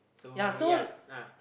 so ya ah